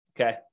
okay